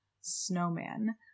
Snowman